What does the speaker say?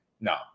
no